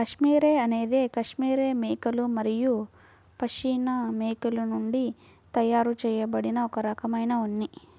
cashmere అనేది cashmere మేకలు మరియు పష్మినా మేకల నుండి తయారు చేయబడిన ఒక రకమైన ఉన్ని